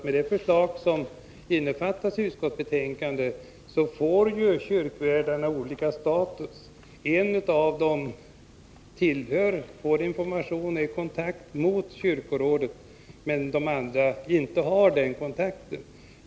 Med det förslag som innefattats i utskottsbetänkandet får ju kyrkvärdarna olika status. En av dem får information från och har kontakt med kyrkorådet, medan de andra inte har den kontakten.